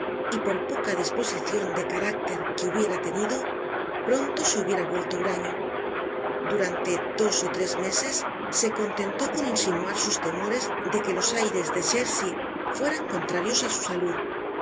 y por poca disposicion de carácter que hubiera tenido pronto se hubiera vuelto hurano durante dos ó tres meses se contentó con insinuar sus temores de que los aires de chertsey fueran contrarios á su salud